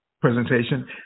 Presentation